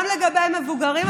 גם לגבי מבוגרים,